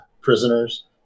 prisoners